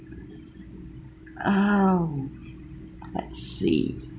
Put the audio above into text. uh oh let's see